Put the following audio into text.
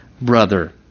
brother